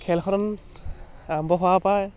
খেলখন আৰম্ভ হোৱা পায়